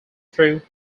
though